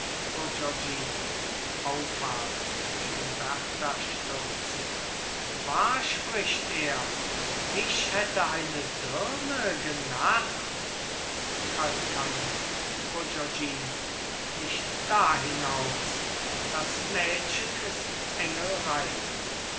auffahrend gegen berta stürzend wahr spricht er mich hätte eine dirne genarrt calcagno bourgognino nicht dahinaus das mädchen ist